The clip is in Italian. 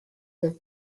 del